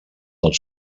del